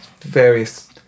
various